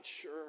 sure